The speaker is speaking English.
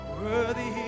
worthy